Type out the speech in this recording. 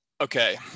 Okay